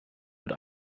wird